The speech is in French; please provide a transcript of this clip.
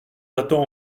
attend